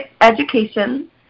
education